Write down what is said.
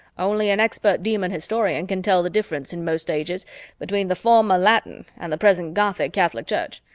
only an expert demon historian can tell the difference in most ages between the former latin and the present gothic catholic church.